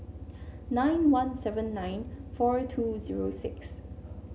nine one seven nine four two zero six